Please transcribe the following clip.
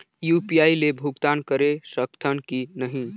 UPI ले भुगतान करे सकथन कि नहीं?